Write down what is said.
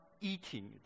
eating